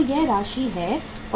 तो यह राशि है 45000